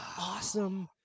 awesome